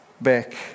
back